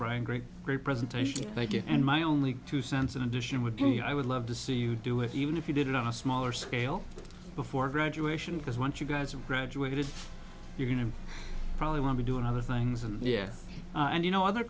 brian great great presentation thank you and my only two cents in addition would be i would love to see you do with even if you didn't know a smaller scale before graduation because once you guys are graduated you're going to probably want to do and other things and yeah and you know other